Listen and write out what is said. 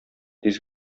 тиз